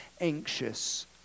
anxious